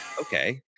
Okay